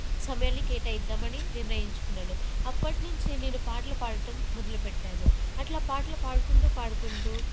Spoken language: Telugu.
సమయాన్ని కేటాయిద్దామని నిర్ణయించుకున్నాను అప్పటినుంచి నేను పాటలు పాడటం మొదలుపెట్టాను అలా పాటలు పాడుకుంటూ పాడుకుంటూ